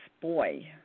boy